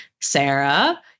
Sarah